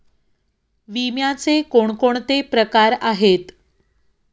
विम्याचे कोणकोणते प्रकार आहेत?